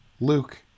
Luke